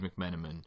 McMenamin